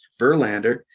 Verlander